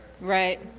Right